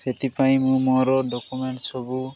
ସେଥିପାଇଁ ମୁଁ ମୋର ଡ଼କୁମେଣ୍ଟ ସବୁ